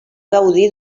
gaudir